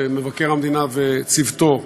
מבקר המדינה וצוותו,